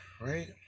right